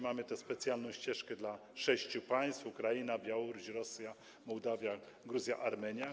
Mamy tę specjalną ścieżkę dla sześciu państw: Ukrainy, Białorusi, Rosji, Mołdawii, Gruzji i Armenii.